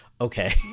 okay